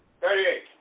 Thirty-eight